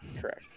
Correct